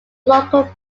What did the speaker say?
local